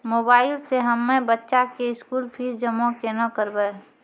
Mobile से हम्मय बच्चा के स्कूल फीस जमा केना करबै?